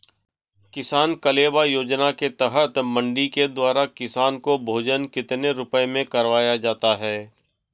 किसान कलेवा योजना के तहत मंडी के द्वारा किसान को भोजन कितने रुपए में करवाया जाता है?